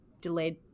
delayed